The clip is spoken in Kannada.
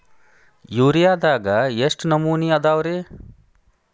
ಯೂರಿಯಾದಾಗ ಎಷ್ಟ ನಮೂನಿ ಅದಾವ್ರೇ?